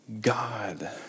God